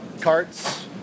carts